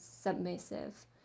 submissive